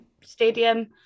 stadium